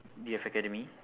D_F academy